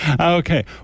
okay